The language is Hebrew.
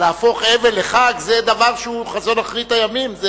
אבל להפוך אבל לחג זה דבר שהוא חזון אחרית הימים,